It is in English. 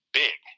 big